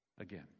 again